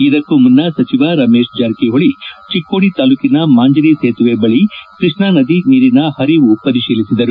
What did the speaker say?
ಇದಕ್ಕೊ ಮುನ್ನ ಸಚಿವ ರಮೇಶ್ ಜಾರಕಿಜೊಳಿ ಚಿಕ್ಕೋದಿ ತಾಲ್ಲೂಕಿನ ಮಾಂಜರಿ ಸೇತುವೆ ಬಳಿ ಕೃಷ್ಣಾ ನದಿ ನೀರಿನ ಹರಿವು ಪರಿಶೀಲಿಸಿದರು